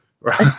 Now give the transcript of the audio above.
Right